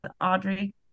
Audrey